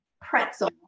pretzel